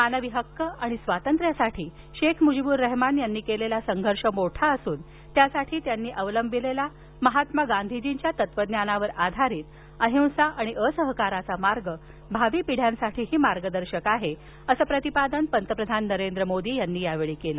मानवी हक्क आणि स्वातंत्र्यासाठी शेख मुजीबूर रहिमान यांनी केलेला संघर्ष मोठा असून त्यासाठी त्यांनी अवलंबिलेला महात्मा गांधीजींच्या तत्त्वज्ञानावर आधारित अहिंसा आणि असहकाराचा मार्ग भावी पिढ्यांसाठी ही मार्गदर्शक आहे असं प्रतिपादन पंतप्रधान नरेंद्र मोदी यांनी केलं